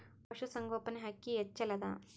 ಪಶುಸಂಗೋಪನೆ ಅಕ್ಕಿ ಹೆಚ್ಚೆಲದಾ?